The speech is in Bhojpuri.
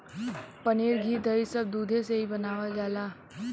पनीर घी दही सब दुधे से ही बनावल जाला